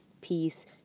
peace